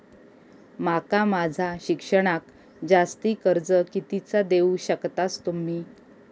माका माझा शिक्षणाक जास्ती कर्ज कितीचा देऊ शकतास तुम्ही?